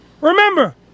remember